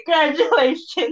Congratulations